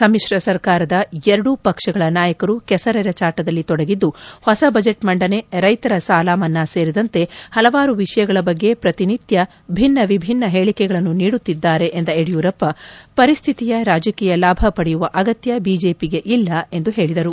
ಸಮ್ಮಿಶ್ರ ಸರ್ಕಾರದ ಎರಡೂ ಪಕ್ಷಗಳ ನಾಯಕರು ಕೆಸರೆರಚಾಟದಲ್ಲಿ ತೊಡಗಿದ್ದು ಹೊಸ ಬಜೆಟ್ ಮಂಡನೆ ರೈತರ ಸಾಲಮನ್ತಾ ಸೇರಿದಂತೆ ಹಲವಾರು ವಿಷಯಗಳ ಬಗ್ಗೆ ಪ್ರತಿನಿತ್ಯ ಭಿನ್ನ ವಿಭಿನ್ನ ಹೇಳಿಕೆಗಳನ್ನು ನೀಡುತ್ತಿದ್ದಾರೆ ಎಂದ ಯಡಿಯೂರಪ್ಪ ಪರಿಸ್ಟಿತಿಯ ರಾಜಕೀಯ ಲಾಭ ಪಡೆಯುವ ಅಗತ್ಯ ಬಿಜೆಪಿಗೆ ಇಲ್ಲ ಎಂದು ಹೇಳಿದರು